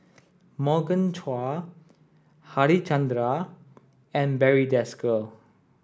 Morgan Chua Harichandra and Barry Desker